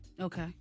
Okay